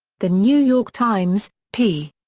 the new york times, p.